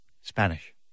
Spanish